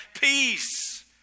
peace